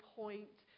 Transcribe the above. point